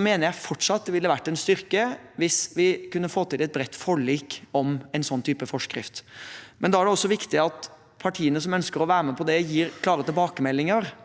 mener jeg fortsatt det ville vært en styrke hvis vi kunne få til et bredt forlik om en sånn type forskrift. Da er det også viktig at partiene som ønsker å være med på det, gir klare tilbakemeldinger.